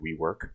WeWork